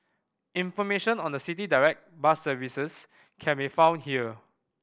information on the City Direct bus services can be found here